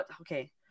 Okay